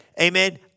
amen